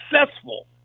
successful